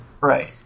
Right